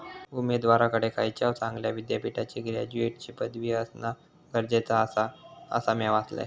उमेदवाराकडे खयच्याव चांगल्या विद्यापीठाची ग्रॅज्युएटची पदवी असणा गरजेचा आसा, असा म्या वाचलंय